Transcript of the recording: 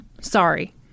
sorry